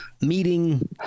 meeting